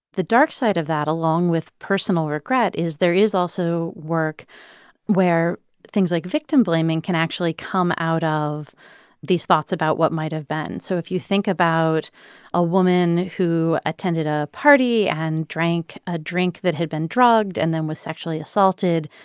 the dark side of that, along with personal regret, is there is also work where things like victim-blaming can actually come out of these thoughts about what might have been. so if you think about a woman who attended a party and drank a drink that had been drugged and then was sexually assaulted